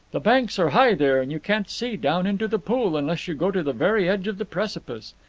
the banks are high there, and you can't see down into the pool unless you go to the very edge of the precipice.